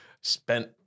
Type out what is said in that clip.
spent